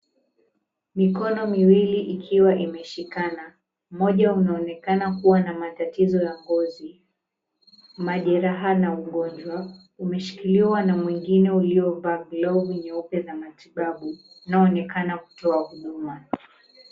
Mikono miwili ikiwa imeshikana, mmoja unaonekana kuwa na matatizo ya ngozi, majeraha na ugonjwa, umeshikiliwa na mwingine uliovaa glovu nyeupe za matibabu unaoonekana kutoa huduma.